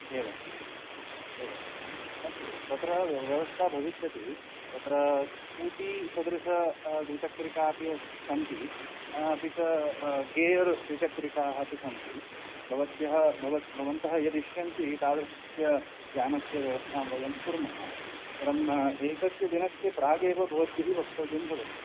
एवम् एवम् अस्तु तत्र व्यवस्था भविष्यति तत्र स्कूटी सदृशद्विचक्रिकाः अपि सन्ति अपि च गेयर् द्विचक्रिकाः अपि सन्ति भवद्भ्यः भव भवन्तः यदिष्यन्ते तादृशयानस्य व्यवस्थां वयं कुर्मः परम् एकस्य दिनस्य प्रागेव भवद्भिः वक्तव्यं भवति